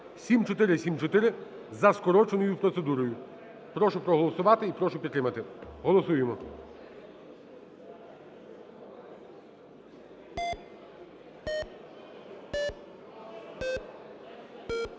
7474 за скороченою процедурою. Прошу проголосувати і прошу підтримати. Голосуємо.